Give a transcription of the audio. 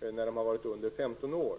när de har varit under 15 år.